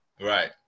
Right